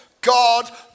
God